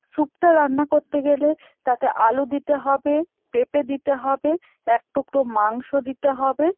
স্যুপটা রান্না করতে গেলে তাতে আলু দিতে হবে পেঁপে দিতে হবে এক টুকরো মাংস দিতে হবে